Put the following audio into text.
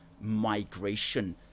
migration